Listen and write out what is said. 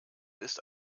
ist